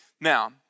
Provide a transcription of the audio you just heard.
Now